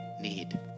need